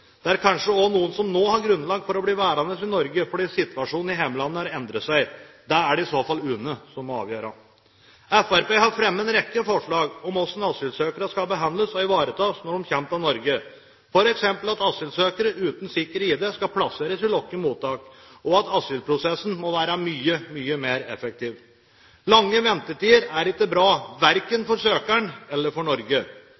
Det er kanskje også noen som nå har grunnlag for å bli værende i Norge fordi situasjonen i hjemlandet har endret seg. Det er det i så fall UNE som må avgjøre. Fremskrittspartiet har fremmet en rekke forslag om hvordan asylsøkere skal behandles og ivaretas når de kommer til Norge, f.eks. at asylsøkere uten sikker ID skal plasseres i lukkede mottak, og at asylprosessen må være mye, mye mer effektiv. Lange ventetider er ikke bra,